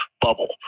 bubble